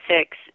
six